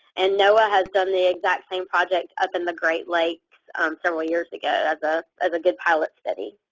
and noaa has done the exact same project up in the great lakes several years ago as ah as a good pilot study.